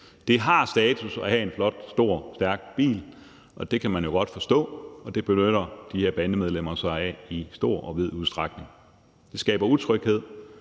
Det har status at have en flot, stor og stærk bil, og det kan man jo godt forstå. Og det benytter de her bandemedlemmer sig af i stor og vid udstrækning. Det skaber utryghed,